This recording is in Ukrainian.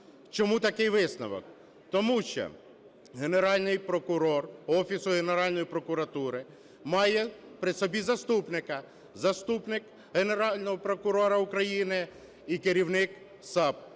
Чому такий висновок? Тому що Генеральний прокурор, Офіс Генеральної прокуратури має при собі заступника. Заступник Генерального прокурора України і керівник САП